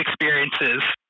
experiences